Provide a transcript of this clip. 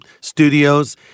Studios